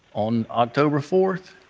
on october fourth,